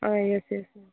yes yes yes